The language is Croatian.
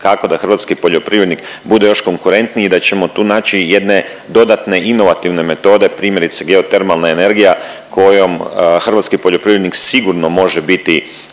kako da hrvatski poljoprivrednik bude još konkurentni i da ćemo tu naći jedne dodatne inovativne metode primjerice geotermalna energija kojom hrvatski poljoprivrednik sigurno može biti